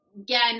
again